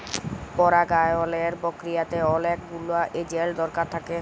পরাগায়লের পক্রিয়াতে অলেক গুলা এজেল্ট দরকার থ্যাকে